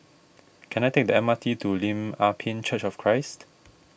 can I take the M R T to Lim Ah Pin Church of Christ